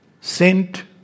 Saint